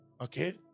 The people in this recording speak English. Okay